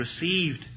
received